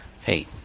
hey